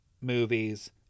movies